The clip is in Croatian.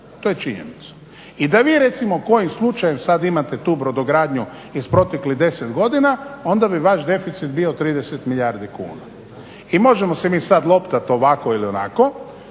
To je činjenica. I da vi recimo kojim slučajem sada imate tu brodogradnju iz proteklih 10 godina onda bi vaš deficit bio 30 milijardi kuna. I možemo se mi sada loptati ovako ili onako,